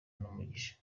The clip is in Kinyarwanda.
n’umugisha